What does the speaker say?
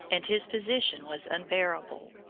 and his position was unbearable.